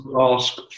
ask